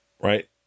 right